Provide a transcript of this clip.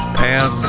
pan